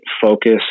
focus